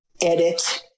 edit